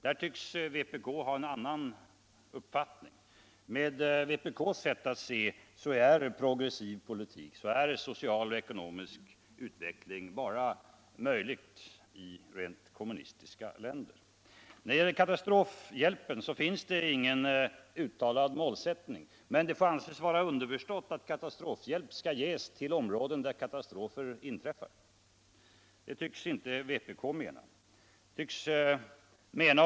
Där tycks vpk ha en annan uppfattning. Med vpk:s säll alt se är progressiv politik, social och ekonomisk utveckling bara möjlig i rent kommunistiska länder. När det gäller katastrofhjälpen finns ingen uttalad målsättning, men det får anses vara underförstått att katastrofhjälp skall ges till områden där katastrofer inträffar. Det tycks inte vpk mena.